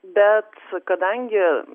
bet kadangi